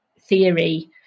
theory